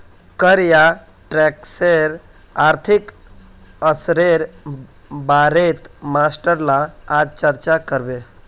कर या टैक्सेर आर्थिक असरेर बारेत मास्टर ला आज चर्चा करबे